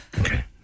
Okay